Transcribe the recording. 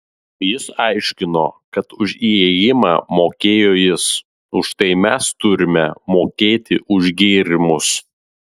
jis aiškino kad už įėjimą mokėjo jis už tai mes turime mokėti už gėrimus